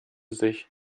sich